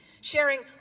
sharing